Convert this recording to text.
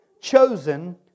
chosen